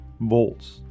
volts